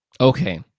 Okay